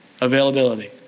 Availability